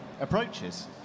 approaches